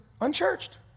unchurched